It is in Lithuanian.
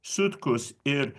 sutkus ir